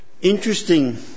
Interesting